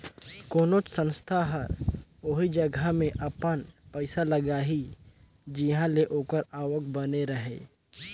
कोनोच संस्था हर ओही जगहा में अपन पइसा लगाही जिंहा ले ओकर आवक बने रहें